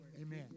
Amen